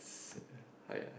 uh !aiya!